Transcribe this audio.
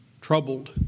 troubled